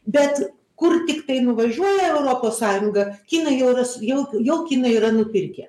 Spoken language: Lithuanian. bet kur tiktai nuvažiuoja europos sąjunga kinai jau yra s jau jau kinai yra nupirkę